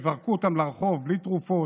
וזרקו אותם לרחוב בלי תרופות,